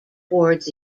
towards